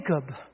Jacob